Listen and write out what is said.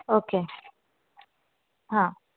okay हां